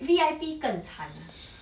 V_I_P 更惨 ah